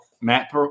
Matt